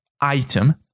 item